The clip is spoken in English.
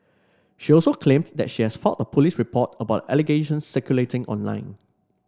she also claimed that she has filed a police report about the allegations circulating online